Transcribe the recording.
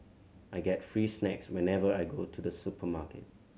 I get free snacks whenever I go to the supermarket